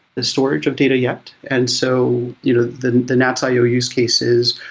the storage of data yet. and so you know the the natsio use cases,